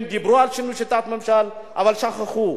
הם דיברו על שינוי שיטת הממשל, אבל שכחו.